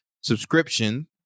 subscription